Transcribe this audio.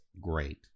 great